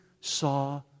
saw